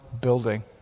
building